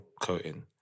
Coating